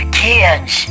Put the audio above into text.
kids